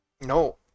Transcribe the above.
No